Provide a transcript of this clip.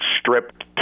stripped